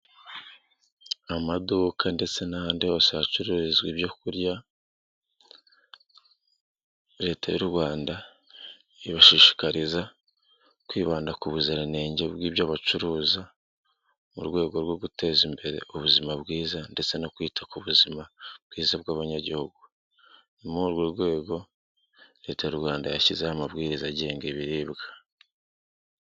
Amaduka ndetse n'ahandi hose hacururizwa ibyokurya, leta y'u Rwanda ibashishikariza kwibanda ku buziranenge bw'ibyo bacuruza mu rwego rwo guteza imbere ubuzima bwiza ndetse no kwita ku buzima bwiza bw'abanyagihugu. Ni muri urwo rwego leta y'u Rwanda yashyizeho amabwiriza agenga ibiribwa.